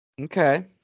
Okay